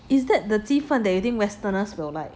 is that the 鸡饭 western as will like